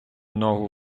ногу